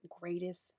greatest